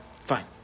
Fine